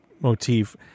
motif